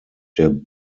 der